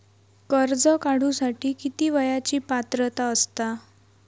कर्ज काढूसाठी किती वयाची पात्रता असता?